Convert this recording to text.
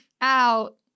out